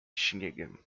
śniegiem